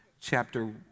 chapter